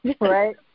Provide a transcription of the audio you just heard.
Right